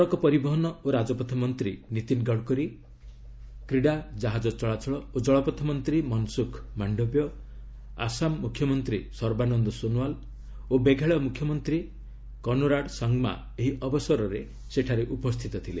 ସଡ଼କ ପରିବହନ ଓ ରାଜପଥ ମନ୍ତ୍ରୀ ନୀତିନ ଗଡ଼କରୀ କ୍ରୀଡ଼ା ଜାହାଜ ଚଳାଚଳ ଓ କଳପଥମନ୍ତ୍ରୀ ମନସୁଖ ମାଶ୍ଡବ୍ୟ ଆସାମା ମୁଖ୍ୟମନ୍ତ୍ରୀ ସର୍ବାନନ୍ଦ ସୋନୱାଲ ଓ ମେଘାଳୟ ମୁଖ୍ୟମନ୍ତ୍ରୀ କୋନୋରାର ସଙ୍ଗମା ଏହି ଅବସରରେ ସେଠାରେ ଉପସ୍ଥିତ ଥିଲେ